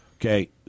Okay